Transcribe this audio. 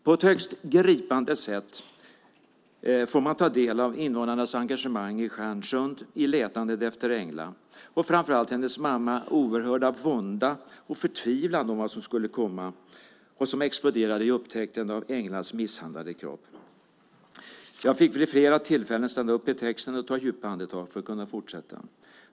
På ett högst gripande sätt får man ta del av invånarnas engagemang i Stjärnsund i letandet efter Engla och framför allt hennes mammas oerhörda vånda och förtvivlan om vad som skulle komma och som exploderade i upptäckten av Englas misshandlade kropp. Jag fick vid flera tillfällen stanna upp i texten och ta djupa andetag för att kunna fortsätta.